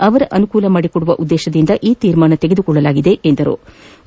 ಅವರಿಗೆ ಅನುಕೂಲ ಮಾಡಿಕೊಡುವ ಉದ್ದೇಶದಿಂದ ಈ ತೀರ್ಮಾನ ತೆಗೆದುಕೊಳ್ಳಲಾಗಿದೆ ಎಂದರು